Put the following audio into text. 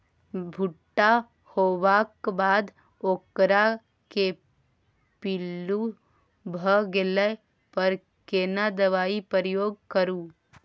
भूट्टा होबाक बाद ओकरा मे पील्लू भ गेला पर केना दबाई प्रयोग करू?